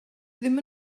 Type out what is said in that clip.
ddim